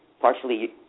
Partially